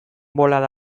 bolada